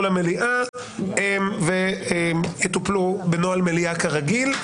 למליאה ויטופלו בנוהל מליאה כרגיל.